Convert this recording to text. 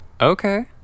Okay